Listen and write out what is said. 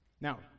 Now